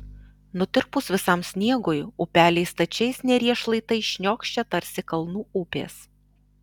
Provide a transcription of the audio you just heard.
nutirpus visam sniegui upeliai stačiais neries šlaitais šniokščia tarsi kalnų upės